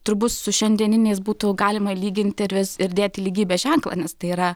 turbūt su šiandieniniais būtų galima lyginti ir vis ir dėti lygybės ženklą nes tai yra